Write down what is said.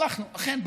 אכן,